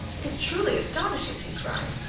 it is truly astonishing! he cried,